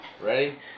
Ready